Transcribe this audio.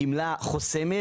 "גמלה חוסמת",